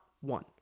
one